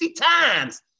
times